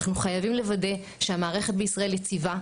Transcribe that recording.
אנחנו חייבים לוודא שהמערכת בישראל יציבה,